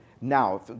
now